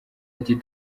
ati